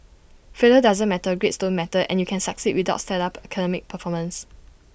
failure doesn't matter grades don't matter and you can succeed without stellar academic performance